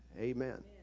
Amen